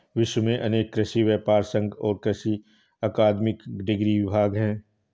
विश्व में अनेक कृषि व्यापर संघ और कृषि अकादमिक डिग्री विभाग है